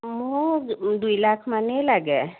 মোক দুই লাখ মানেই লাগে